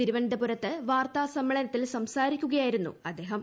തിരുവനന്തപുരത്ത് വാർത്താ സമ്മേള നത്തിൽ സംസാരിക്കുകയായിരുന്നു അദ്ദേഹം